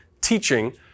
teaching